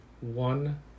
one